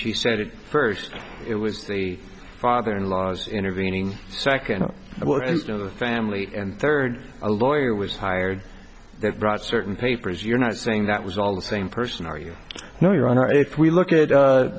she said it first it was the father in law's intervening second family and third a lawyer was hired that brought certain papers you're not saying that was all the same person are you know your honor if we look at